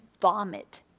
vomit